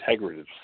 integrative